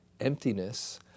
emptiness